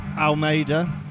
Almeida